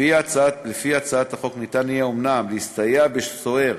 לפי הצעת החוק, ניתן יהיה אומנם להסתייע בסוהר